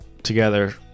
together